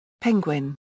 Penguin